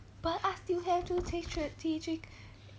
but I still have to take strategic